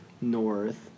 north